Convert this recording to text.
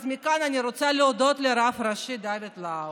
אז מכאן אני רוצה להודות לרב הראשי דוד לאו: